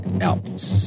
out